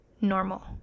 normal